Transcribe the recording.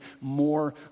more